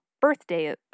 birthday